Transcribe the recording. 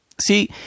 See